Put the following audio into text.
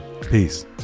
peace